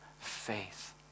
faith